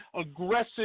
aggressive